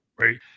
right